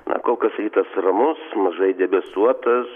na kol kas rytas ramus mažai debesuotas